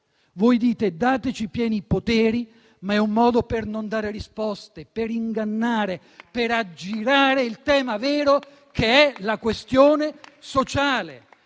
Voi dite «dateci pieni poteri», ma è un modo per non dare risposte, per ingannare, per aggirare il tema vero, che è la questione sociale.